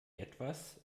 etwas